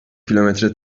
kilometre